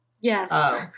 Yes